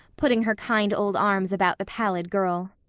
putting her kind old arms about the pallid girl.